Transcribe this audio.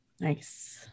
Nice